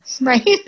Right